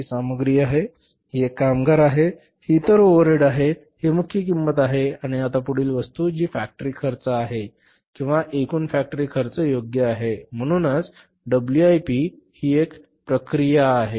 ही सामग्री आहे ही एक कामगार आहे ही इतर ओव्हरहेड आहे ही मुख्य किंमत आहे आणि आता ही पुढील वस्तू आहे जी फॅक्टरी खर्च आहे किंवा एकूण फॅक्टरी खर्च योग्य आहे म्हणूनच डब्ल्यूआयपी ही प्रक्रिया आहे